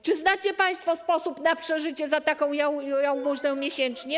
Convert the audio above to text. Czy znacie państwo sposób na przeżycie za taką jałmużnę miesięcznie?